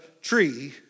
tree